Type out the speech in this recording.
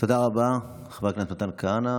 תודה רבה, חבר הכנסת מתן כהנא.